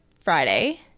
Friday